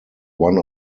one